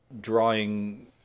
drawing